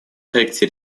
проекте